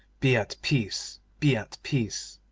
be at peace, be at peace